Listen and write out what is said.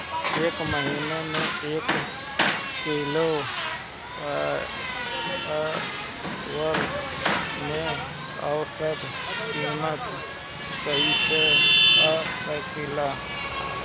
एक महिना के एक किलोग्राम परवल के औसत किमत कइसे पा सकिला?